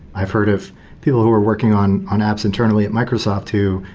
i've heard of people who are working on on apps internally at microsoft who,